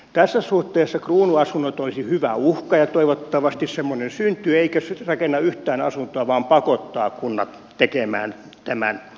tässä suhteessa kruunuasunnot olisi hyvä uhka ja toivottavasti semmoinen syntyy eikä se rakenna yhtään asuntoa vaan pakottaa kunnat tekemään tämän itse